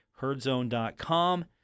herdzone.com